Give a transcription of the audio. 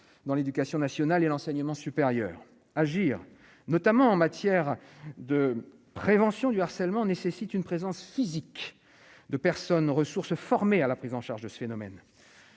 dans l'éducation nationale et l'enseignement supérieur, agir, notamment en matière de prévention du harcèlement nécessite une présence physique de personnes ressource formés à la prise en charge de ce phénomène